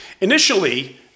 Initially